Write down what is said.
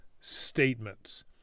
statements